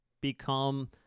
become